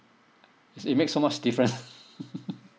it makes so much difference